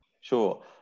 Sure